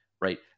right